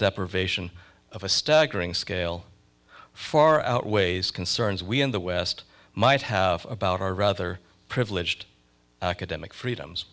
deprivation of a staggering scale far outweighs concerns we in the west might have about our rather privileged academic freedoms